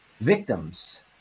victims